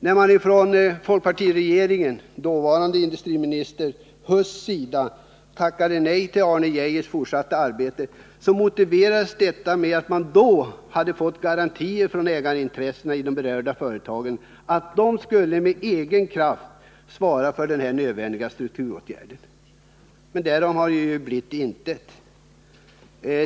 När folkpartiregeringen och dåvarande industriminister Huss tackade nej till Arne Geijers fortsatta arbete motiverades detta med att man hade fått garantier från ägarintressena i berörda företag att de med egen kraft skulle svara för nödvändiga strukturåtgärder. Därav har blivit intet.